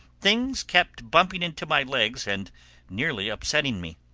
things kept bumping into my legs and nearly upsetting me.